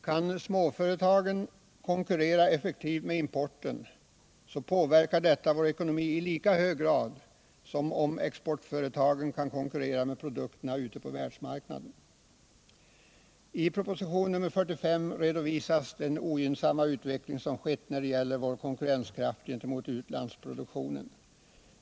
Kan småföretagen konkurrera effektivt med importen, så påverkar detta vår ekonomi i lika hög grad som om exportföretagen kan konkurrera med produkterna ute på världsmarknaden. I proposition nr 45 redovisas den ogynnsamma utveckling som skett när det gäller vår konkurrenskraft gentemot utlandsproduktionen.